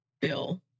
Bill